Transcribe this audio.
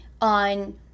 On